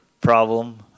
problem